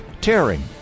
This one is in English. tearing